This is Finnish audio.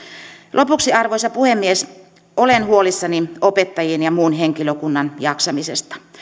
lopuksi arvoisa puhemies olen huolissani opettajien ja muun henkilökunnan jaksamisesta